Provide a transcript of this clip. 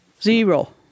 Zero